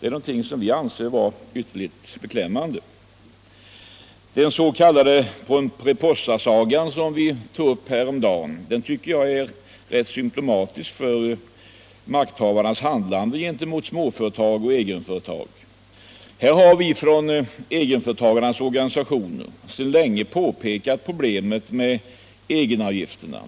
Det är någonting som vi anser vara ytterligt beklämmande. Den s.k. Pomperipossasagan, som vi tog upp häromdagen, tycker jag är symptomatisk för makthavarnas handlande gentemot småföretag och egenföretag. Egenföretagarnas organisationer har länge — vi har gjort det i flera år — påpekat problemet med egenavgifterna